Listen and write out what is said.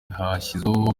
hashyizweho